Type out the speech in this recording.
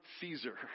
Caesar